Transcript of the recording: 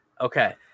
Okay